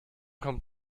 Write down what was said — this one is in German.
kommt